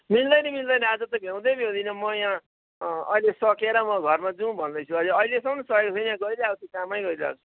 मिल्दै त मिल्दैन आज त भ्याउँदै भ्याउँदिनँ म यहाँ अहिले सकेर म घरमा जाउँ भन्दैछु अहिलेसम्म सकेको छुइनँ यहाँ गरिरहेको छु कामै गरिरहेको छु